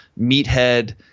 meathead